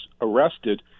arrested